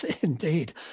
Indeed